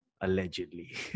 allegedly